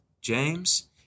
James